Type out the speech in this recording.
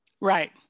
Right